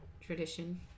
tradition